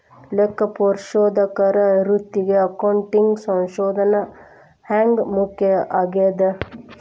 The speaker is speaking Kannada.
ಲೆಕ್ಕಪರಿಶೋಧಕರ ವೃತ್ತಿಗೆ ಅಕೌಂಟಿಂಗ್ ಸಂಶೋಧನ ಹ್ಯಾಂಗ್ ಮುಖ್ಯ ಆಗೇದ?